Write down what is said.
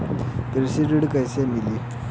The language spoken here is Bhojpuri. कृषि ऋण कैसे मिली?